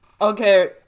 okay